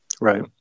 Right